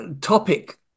topic